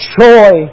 joy